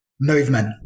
movement